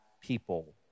people